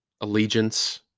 allegiance